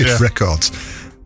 records